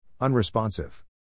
Unresponsive